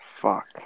Fuck